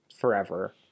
forever